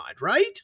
right